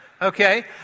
Okay